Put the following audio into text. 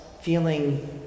feeling